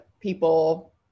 people